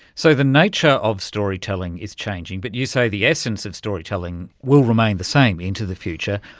so the nature of storytelling is changing, but you say the essence of storytelling will remain the same into the future.